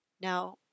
Now